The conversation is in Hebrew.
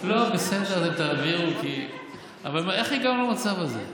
בסדר, אתם תעבירו, אבל איך הגענו למצב הזה?